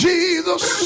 Jesus